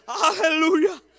hallelujah